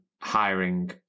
hiring